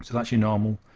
that's your normal